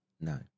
no